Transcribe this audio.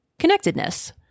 Connectedness